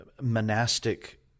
monastic